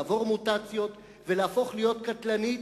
לעבור מוטציות ולהפוך להיות קטלני.